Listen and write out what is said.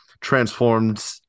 Transformed